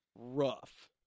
rough